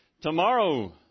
Tomorrow